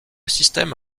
système